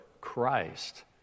Christ